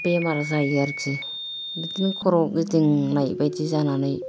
बेमार जायो आरोखि बिदिनो खर' गिदिंनाय बायदि जानानै